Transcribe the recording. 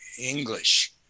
English